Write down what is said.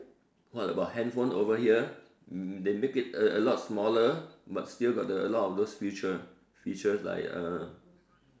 what about handphone over here mm they make it a lot smaller but still got a lot of those features features like uh